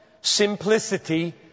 simplicity